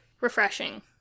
refreshing